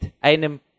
einem